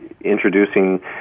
introducing